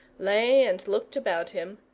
lay and looked about him,